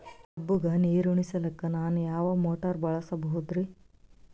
ಕಬ್ಬುಗ ನೀರುಣಿಸಲಕ ನಾನು ಯಾವ ಮೋಟಾರ್ ಬಳಸಬಹುದರಿ?